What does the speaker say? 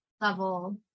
level